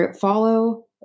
follow